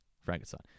Frankenstein